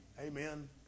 Amen